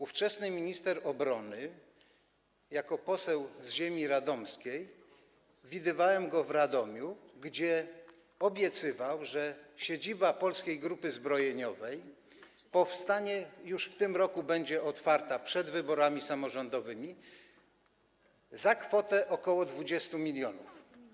Ówczesnego ministra obrony jako poseł ziemi radomskiej widywałem w Radomiu, gdzie obiecywał, że siedziba Polskiej Grupy Zbrojeniowej powstanie już w tym roku, będzie otwarta przed wyborami samorządowymi, za kwotę ok. 20 mln.